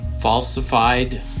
falsified